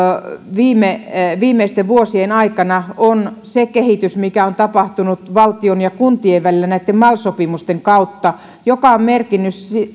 viimeisten vuosien aikana on se kehitys mikä on tapahtunut valtion ja kuntien välillä näitten mal sopimusten kautta mikä on merkinnyt